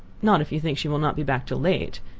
not if you think she will not be back till late,